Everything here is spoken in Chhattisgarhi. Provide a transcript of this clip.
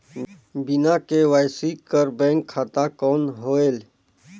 बिना के.वाई.सी कर बैंक खाता कौन होएल?